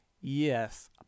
yes